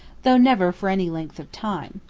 though never for any length of time.